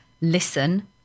listen